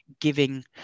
giving